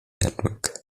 network